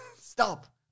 Stop